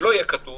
שלא יהיה כתוב.